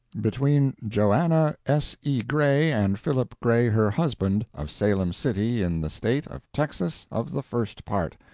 between joanna s. e. gray and philip gray, her husband, of salem city in the state of texas, of the first part,